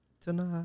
tonight